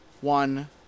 one